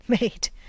Mate